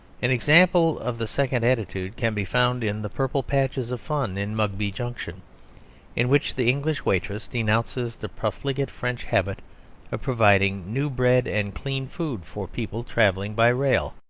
an example of the second attitude can be found in the purple patches of fun in mugby junction in which the english waitress denounces the profligate french habit of providing new bread and clean food for people travelling by rail.